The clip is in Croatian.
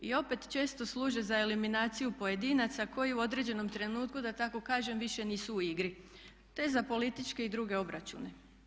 I opet često služe za eliminaciju pojedinaca koji u određenom trenutku da tako kažem više nisu u igri, te za političke i druge obračune.